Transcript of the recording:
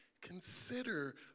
consider